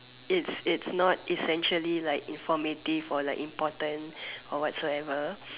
it's it's it's not essentially informative or important or whatsoever